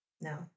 No